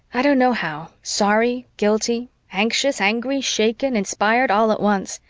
i don't know how, sorry, guilty, anxious, angry, shaken, inspired, all at once,